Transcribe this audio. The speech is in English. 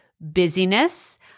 busyness